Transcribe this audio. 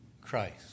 Christ